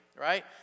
right